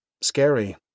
scary